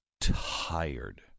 tired